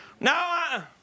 No